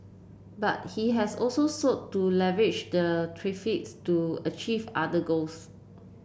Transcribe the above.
but he has also sought to leverage the tariffs to achieve other goals